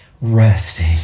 resting